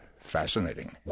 fascinating